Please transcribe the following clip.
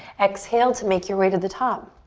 exhale to make your way to the top.